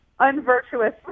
unvirtuous